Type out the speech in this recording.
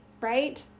right